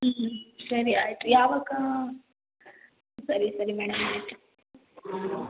ಹ್ಞೂ ಹ್ಞೂ ಸರಿ ಆಯಿತು ಯಾವಾಗ ಸರಿ ಸರಿ ಮೇಡಮ್ ಆಯಿತು